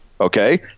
Okay